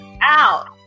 out